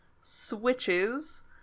switches